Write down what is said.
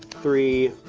three,